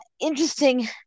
interesting